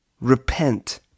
Repent